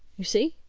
you see?